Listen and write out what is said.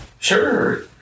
Sure